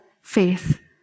faith